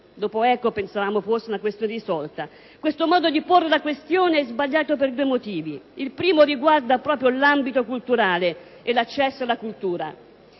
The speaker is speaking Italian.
Dopo Eco, pensavamo fosse una questione risolta. Questo modo di porre la questione è sbagliato per due motivi: il primo riguarda proprio l'ambito culturale e l'accesso alla cultura.